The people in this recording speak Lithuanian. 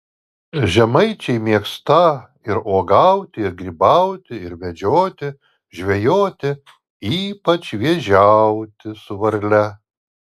žemaičiai mėgstą ir uogauti ir grybauti ir medžioti žvejoti ypač vėžiauti su varle